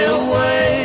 away